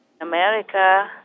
America